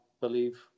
believe